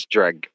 Drag